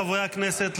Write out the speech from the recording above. חברי הכנסת,